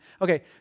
Okay